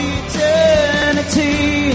eternity